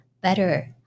better